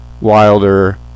Wilder